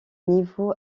niveau